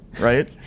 right